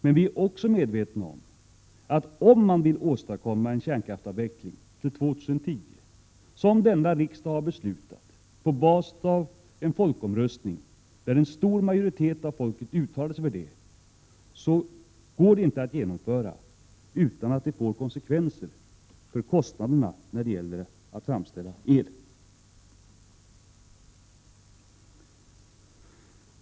Men vi är också medvetna om att en kärnkraftsavveckling till 2010, som riksdagen har beslutat på basis av en folkomröstning där en stor majoritet av folket uttalade sig för en avveckling, inte kan åstadkommas utan att det får konsekvenser för kostnaderna när det gäller att framställa el.